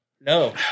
No